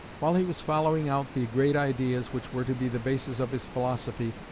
while he was following out the great ideas which were to be the basis of his philosophy,